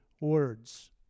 words